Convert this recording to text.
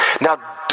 now